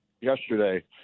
yesterday